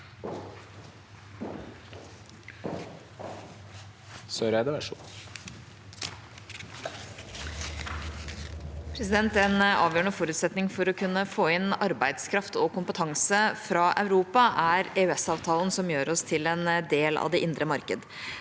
«En avgjørende forutsetning for å kunne få inn arbeidskraft og kompetanse fra Europa, er EØS-avtalen som gjør oss til en del av det indre marked.